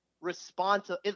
responsible